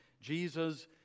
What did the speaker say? Jesus